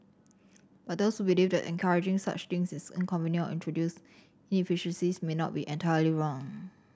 but those believe that encouraging such things is inconvenient or introduce inefficiencies may not be entirely wrong